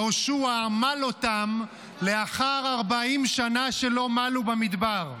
יהושע מל אותם לאחר 40 שנה שלא מלו במדבר.